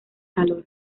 calor